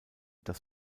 das